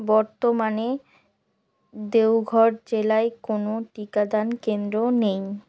বর্তমানে দেওঘর জেলায় কোনও টিকাদান কেন্দ্র নেই